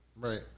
Right